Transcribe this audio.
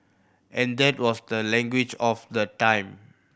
and that was the language of the time